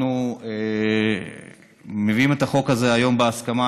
אנחנו מביאים את החוק הזה היום בהסכמה.